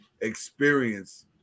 experience